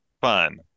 fun